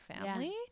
family